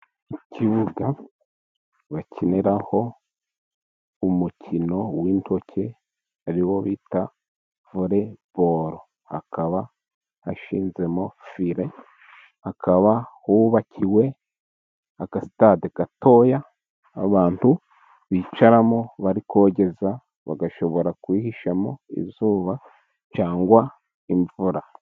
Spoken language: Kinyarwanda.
Ikibuga bakiniraho umukino w'intoke ariwo bita Voreboro, hakaba ashinzemo fire, hakaba hubakiwe agasitade gatoya, abantu bicaramo bari kogeza, bagashobora kuyihishamo izuba cyangwa imvura.